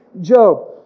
job